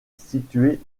située